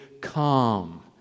come